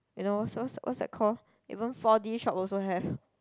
you know so what what's that called even four D shop also have